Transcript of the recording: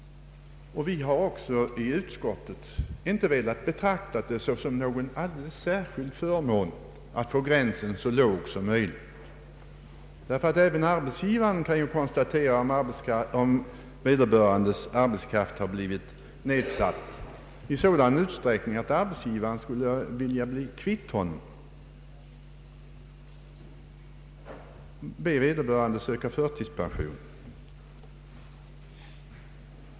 Vi har i utskottet inte velat betrakta det som någon särskilt stor förmån att få gränsen så låg som möjligt. även arbetsgivaren kan konstatera om vederbörandes arbetskraft blivit nedsatt i sådan utsträckning att han skulle vilja bli kvitt honom och därför be honom att söka förtidspension.